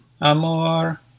Amor